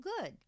good